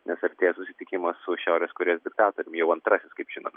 nes artėja susitikimas su šiaurės korėjos diktatoriumi jau antrasis kaip žinome